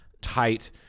tight